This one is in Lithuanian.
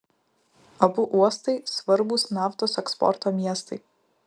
abu uostai svarbūs naftos eksporto miestai